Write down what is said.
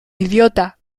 idiota